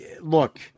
look